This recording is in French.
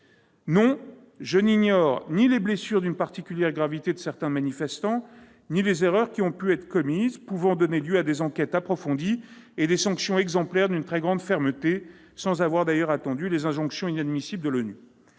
Non, je n'ignore ni les blessures d'une particulière gravité de certains manifestants ni les erreurs qui ont pu être commises, pouvant donner lieu à des enquêtes approfondies et des sanctions exemplaires d'une très grande fermeté, d'ailleurs sans que l'on ait attendu les injonctions inadmissibles de l'ONU